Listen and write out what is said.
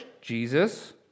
Jesus